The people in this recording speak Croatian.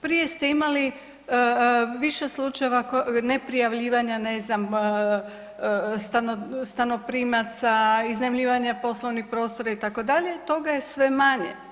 Prije ste imali više slučajeva neprijavljivanja, ne znam, stanoprimaca, iznajmljivanja poslovnih prostora itd., toga je sve manje.